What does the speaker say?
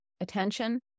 attention